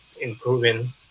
Improving